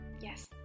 Yes